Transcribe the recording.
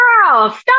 stop